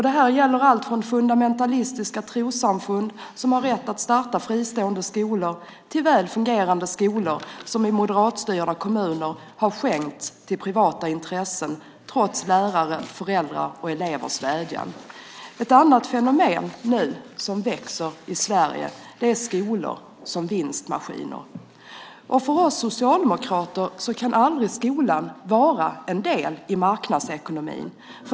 Det här gäller allt från fundamentalistiska trossamfund som har rätt att starta fristående skolor till väl fungerande skolor som i moderatstyrda kommuner har skänkts till privata intressen trots lärares, föräldrars och elevers vädjan. Ett annat fenomen som nu växer i Sverige är skolor som vinstmaskiner. För oss socialdemokrater kan aldrig skolan vara en del av marknadsekonomin.